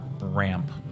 ramp